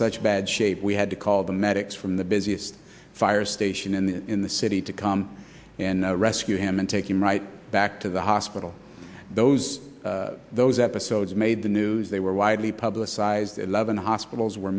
such bad shape we had to call the medics from the busiest fire station in the city to come and rescue him and take him right back to the hospital those those episodes made the news they were widely publicized eleven hospitals were